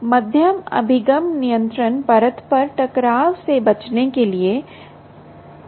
मध्यम अभिगम नियंत्रण परत पर टकराव से बचने के लिए ऐसा क्यों होता है